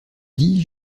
dis